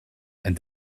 and